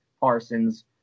Parsons